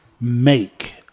make